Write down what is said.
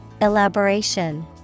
Elaboration